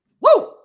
Woo